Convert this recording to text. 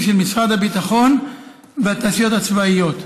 של משרד הביטחון והתעשיות הצבאיות.